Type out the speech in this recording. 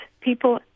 people